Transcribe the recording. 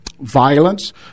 violence